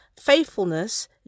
faithfulness